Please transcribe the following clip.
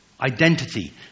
Identity